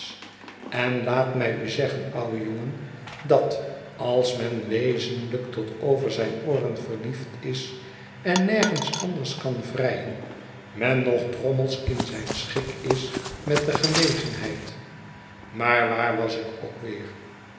en laat mij u zeggen ouwe jongen dat als men wezenlijk tot over zijn ooren verliefd is en nergens anders kan vrijen men nog drommels in zijn schik is met de gelegenheid maar waar was ik ook weer